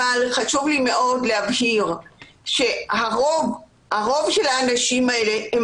אבל חשוב לי מאוד להבהיר שרוב האנשים האלה הם